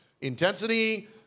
intensity